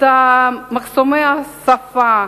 את מחסומי השפה,